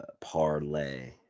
parlay